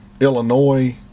Illinois